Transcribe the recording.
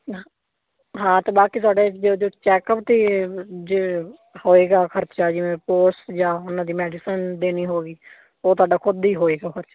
ਹ ਹਾਂ ਅਤੇ ਬਾਕੀ ਤੁਹਾਡੇ ਜੇ ਜੋ ਚੈਕਅੱਪ 'ਤੇ ਜੋ ਹੋਏਗਾ ਖਰਚਾ ਜਿਵੇਂ ਰਿਪੋਰਟਸ ਜਾਂ ਉਹਨਾਂ ਦੀ ਮੈਡੀਸਨ ਦੇਣੀ ਹੋ ਗਈ ਉਹ ਤੁਹਾਡਾ ਖੁਦ ਹੀ ਹੋਏਗਾ ਖਰਚਾ